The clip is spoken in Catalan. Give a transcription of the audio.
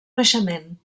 naixement